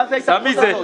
מה זה ההיתממות הזו?